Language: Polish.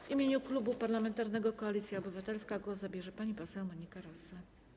W imieniu Klubu Parlamentarnego Koalicja Obywatelska głos zabierze pani poseł Monika Rosa.